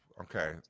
Okay